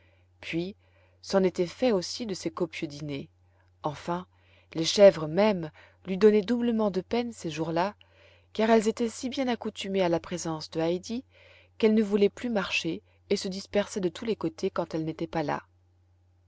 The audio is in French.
puis c'en était fait aussi de ses copieux dîners enfin les chèvres mêmes lui donnaient doublement de peine ces jours-là car elles étaient si bien accoutumées à la présence de heidi qu'elles ne voulaient plus marcher et se dispersaient de tous les côtés quand elle n'était pas là